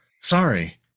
sorry